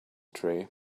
tree